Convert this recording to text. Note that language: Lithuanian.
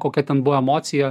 kokia ten buvo emocija